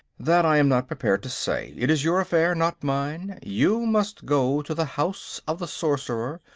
that i am not prepared to say. it is your affair, not mine. you must go to the house of the sorcerer,